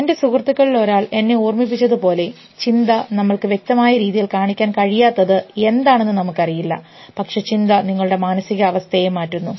എന്റെ സുഹൃത്തുകളിലൊരാൾ എന്നെ ഓർമ്മിപ്പിച്ചത് പോലെ ചിന്ത നമ്മൾക്ക് വ്യക്തമായ രീതിയിൽ കാണിക്കാൻ കഴിയാത്തത് എന്താണെന്ന് നമുക്കറിയില്ല പക്ഷേ ചിന്ത നിങ്ങളുടെ മാനസികാവസ്ഥയെ മാറ്റുന്നു